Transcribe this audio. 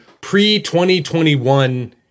pre-2021